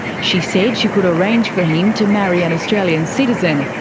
she said she could arrange for him to marry an australian citizen,